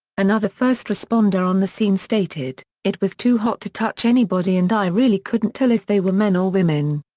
another first responder on the scene stated, it was too hot to touch anybody and i really couldn't tell if they were men or women.